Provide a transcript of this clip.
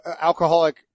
alcoholic